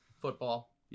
football